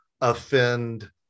offend